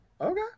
Okay